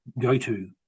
go-to